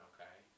Okay